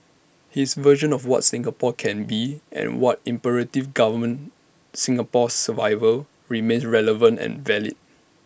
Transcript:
his version of what Singapore can be and what imperatives govern Singapore's survival remain relevant and valid